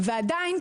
ועדיין,